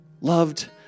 Loved